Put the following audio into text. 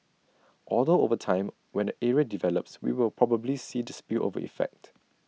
although over time when the area develops we will probably see the spillover effect